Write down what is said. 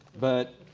but